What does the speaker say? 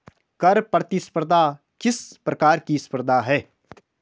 कर प्रतिस्पर्धा किस प्रकार की स्पर्धा है?